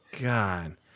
God